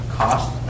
cost